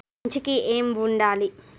చ్ కి ఏం ఉండాలి